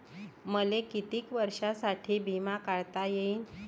मले कितीक वर्षासाठी बिमा काढता येईन?